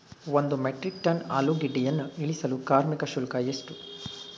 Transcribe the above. ಒಂದು metric tonne ಆಲೂಗೆಡ್ಡೆಯನ್ನು ಇಳಿಸಲು ಕಾರ್ಮಿಕ ಶುಲ್ಕ ಎಷ್ಟು?